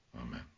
Amen